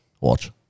Watch